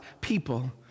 people